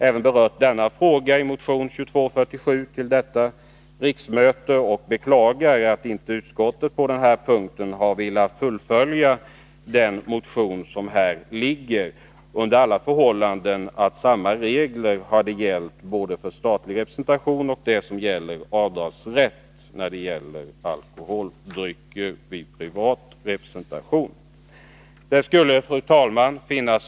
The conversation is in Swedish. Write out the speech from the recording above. Även denna fråga har berörts i motion 2247, och jag beklagar att utskottet inte har velat tillstyrka motionens förslag i denna del. Utskottet borde ha kunnat uttala att samma regler skall gälla för statlig representation som för avdragsrätt när det gäller alkoholhaltiga drycker vid enskild representation. Fru talman!